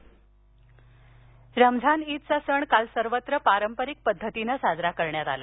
रमजान् रमजान ईदचा सण काल सर्वत्र पारंपरिक पद्धतीनं साजरा करण्यात आला